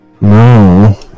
No